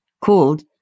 called